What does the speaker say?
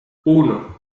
uno